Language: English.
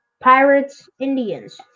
Pirates-Indians